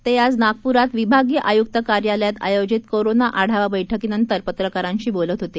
ते आज नागपूरात विभागीय आयुक कार्यालयात आयोजित कोरोना आढावा बैठकीनंतर पत्रकारांशी बोलत होते